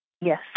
Yes